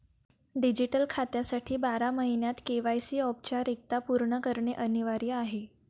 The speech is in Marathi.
डिजिटल खात्यासाठी बारा महिन्यांत के.वाय.सी औपचारिकता पूर्ण करणे अनिवार्य आहे